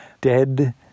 dead